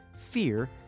fear